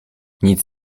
nic